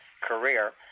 career